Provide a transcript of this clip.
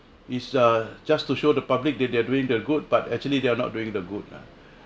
is uh just to show the public that they're doing they're good but actually they are not doing the good lah